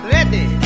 Ready